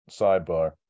sidebar